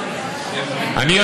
מכירה היטב,